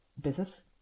business